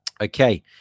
Okay